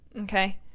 Okay